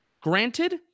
Granted